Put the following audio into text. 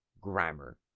grammar